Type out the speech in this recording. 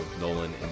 Nolan